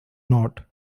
not